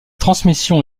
transmission